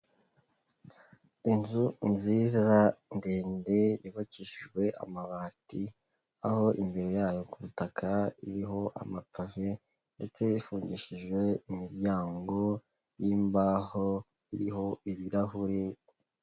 Inzu nziza ndende yubakishijwe amabati, aho imbere yayo ku butaka iriho amapave ndetse ifungishijwe imiryango y'imbaho iriho ibirahuri.